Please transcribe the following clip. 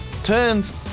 Turns